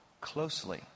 closely